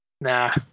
Nah